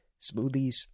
smoothies